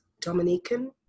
dominican